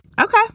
Okay